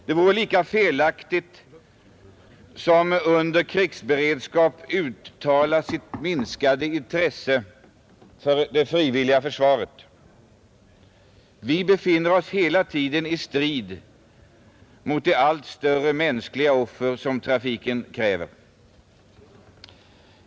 Det vore lika felaktigt som att under krigsberedskap uttala sitt minskade intresse för frivilligt försvar. Vi befinner oss hela tiden i strid mot de allt större mänskliga offer som trafiken kräver.